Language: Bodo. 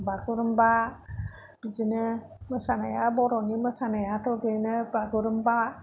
बागुरुमबा बिदिनो मोसानाया बर'नि मोसानायाथ' बेनो बागुरुमबा